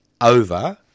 over